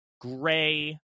gray